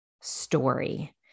story